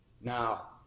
Now